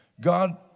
God